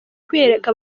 kwiyereka